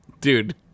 Dude